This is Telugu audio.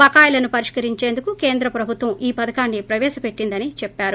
బకాయిలను పరిష్కరించేందుకు కేంద్ర ప్రభుత్వం ఈ పధకాన్ని ప్రవేశపెట్టిందని చెప్పారు